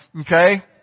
okay